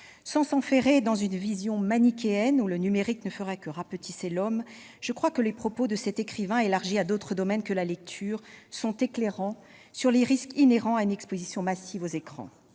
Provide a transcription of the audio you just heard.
Sans s'enferrer dans une vision manichéenne, où le numérique ne ferait que rapetisser l'Homme, je pense que les propos de cet écrivain, étendus à d'autres domaines que la lecture, sont éclairants sur les risques inhérents à une exposition massive aux écrans.